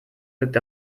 wirkt